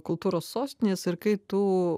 kultūros sostines ir kai tu